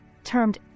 termed